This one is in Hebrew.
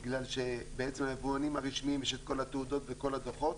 בגלל שבעצם היבואנים הרשמיים של כל התעודות וכל הדו"חות,